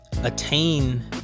attain